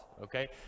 okay